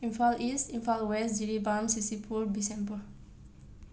Imphal east Imphal west Jiribam ꯁꯤ ꯁꯤꯄꯨꯔ ꯕꯤꯁꯦꯝꯄꯨꯔ